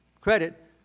credit